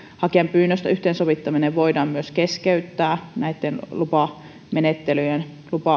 hakijan pyynnöstä yhteensovittaminen voidaan myös keskeyttää näitten lupamenettelyjen